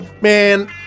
Man